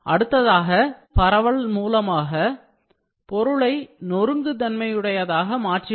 அடுத்ததாக கீறல் பரவல் மூலமாக பொருளை நொறுக்கு தன்மையுடையதாக மாற்றிவிடும்